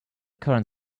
current